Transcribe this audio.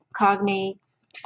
cognates